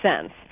cents